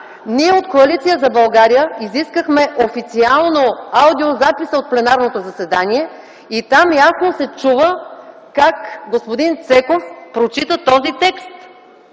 Ние от Коалиция за България изискахме официално аудиозаписа от пленарното заседание и там ясно се чува как господин Цеков прочита този текст.